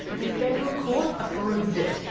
the federal court approved it,